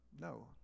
No